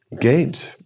gained